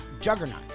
juggernaut